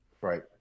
Right